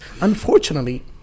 unfortunately